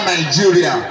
Nigeria